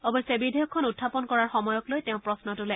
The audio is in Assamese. অৱশ্যে বিধেয়কখন উখাপন কৰাৰ সময়ক লৈ তেওঁ প্ৰশ্ন তোলে